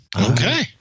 Okay